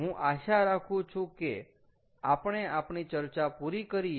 હું આશા રાખું છું કે આપણે આપણી ચર્ચા પૂરી કરીએ